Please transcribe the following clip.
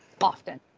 often